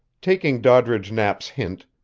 taking doddridge knapp's hint,